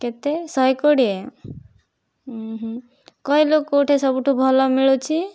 କେତେ ଶହେ କୋଡ଼ିଏ କହିଲୁ କେଉଁଠି ସବୁଠୁ ଭଲ ମିଳୁଛି